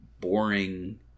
boring